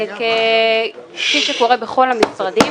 כפי שקורה בכל המשרדים,